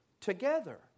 together